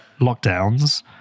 lockdowns